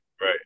right